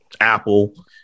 Apple